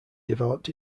developed